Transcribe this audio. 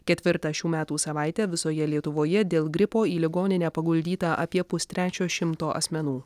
ketvirtą šių metų savaitę visoje lietuvoje dėl gripo į ligoninę paguldyta apie pustrečio šimto asmenų